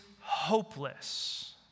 hopeless